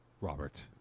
Robert